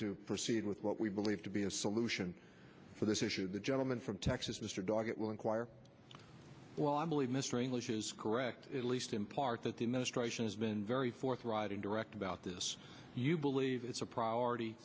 to proceed with what we believe to be a solution for this issue the gentleman from texas mr dog it will inquire well i believe mr english is correct at least in part that the administration has been very forthright and direct about this you believe it's a priority